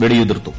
വെടിയുതിർത്തു